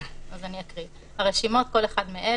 אני מקריאה: במקום ההגדרה "הרשימה" יבוא: ""הרשימות" כל אחד מאלה: